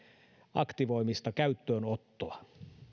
aktivoimista käyttöönottoa